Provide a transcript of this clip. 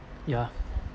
ya